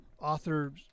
author